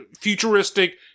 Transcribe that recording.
futuristic